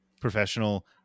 professional